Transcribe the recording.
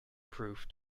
proof